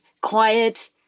quiet